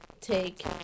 take